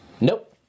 Nope